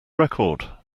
record